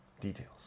details